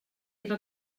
era